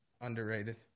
Underrated